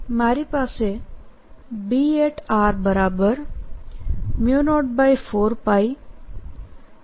તો મારી પાસે B04π m